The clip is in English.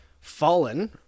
Fallen